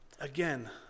Again